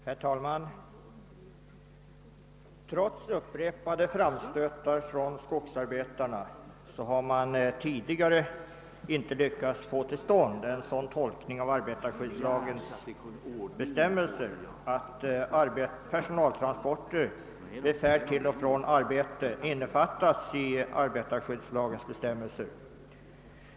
Herr talman! Trots upprepade framstötar från skogsarbetarna har man tidigare inte lyckats få till stånd en sådan tolkning av arbetarskyddslagens bestämmelser, att personaltransporter vid färd till och från arbete innefattas i dessa bestämmelser.